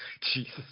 Jesus